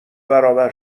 برابر